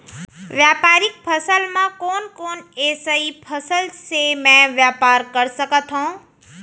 व्यापारिक फसल म कोन कोन एसई फसल से मैं व्यापार कर सकत हो?